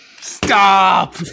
Stop